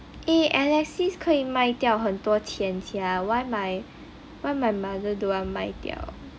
eh alexis 可以卖掉很多钱 sia why my why my mother don't want 卖掉